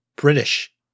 British